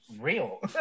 real